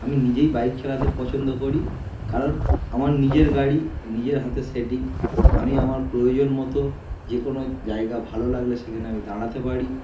আমি নিজেই বাইক চালাতে পছন্দ করি কারণ আমার নিজের গাড়ি নিজের হাতে সেটিং আমি আমার প্রয়োজন মতো যে কোনো জায়গা ভালো লাগলে সেখানে আমি দাঁড়াতে পারি